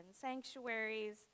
sanctuaries